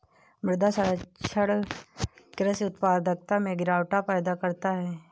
मृदा क्षरण कृषि उत्पादकता में गिरावट पैदा करता है